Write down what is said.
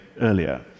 earlier